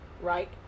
Right